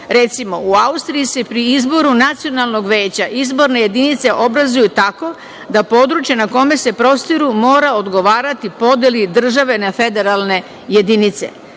Recimo u Austriji se pri izboru nacionalnog veća izborne jedinice obrazuju tako da područje na kome se prostiru mora odgovarati podeli države na federalne jedinice.